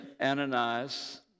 Ananias